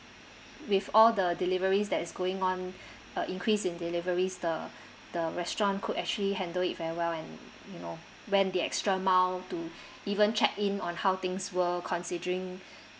with all the deliveries that is going on uh increase in deliveries the the restaurant could actually handle it very well and you know went the extra mile to even check in on how things were considering